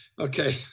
Okay